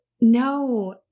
No